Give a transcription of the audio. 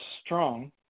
strong